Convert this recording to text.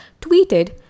tweeted